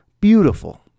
Beautiful